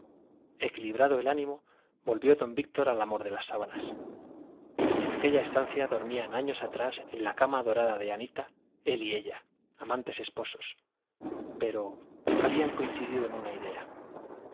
equilibrado el ánimo volvió don víctor al amor de las sábanas en aquella estancia dormían años atrás en la cama dorada de anita él y ella amantes esposos pero habían coincidido en una idea